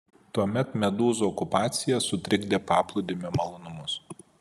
tuomet medūzų okupacija sutrikdė paplūdimio malonumus